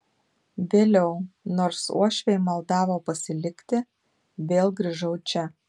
vėliau nors uošviai maldavo pasilikti vėl grįžau čia